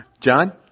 John